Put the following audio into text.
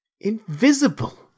Invisible